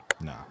Nah